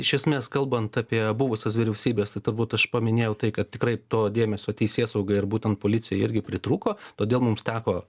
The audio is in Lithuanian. iš esmės kalbant apie buvusias vyriausybes tai turbūt aš paminėjau tai kad tikrai to dėmesio teisėsaugai ir būtent policijai irgi pritrūko todėl mums teko